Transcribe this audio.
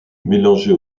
mélangé